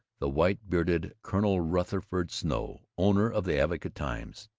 the white-bearded colonel rutherford snow, owner of the advocate-times.